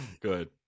Good